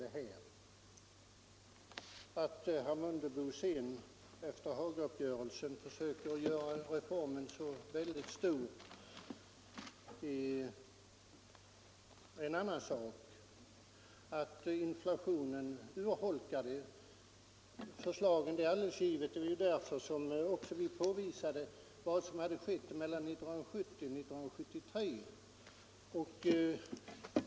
Att herr Mundebo efter Hagauppgörelsen försöker göra reformen så väldigt stor är en annan sak. Det är alldeles givet att inflationen urholkat förslagen. Därför har vi också påvisat vad som skett mellan 1970 och 1973.